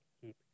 Keep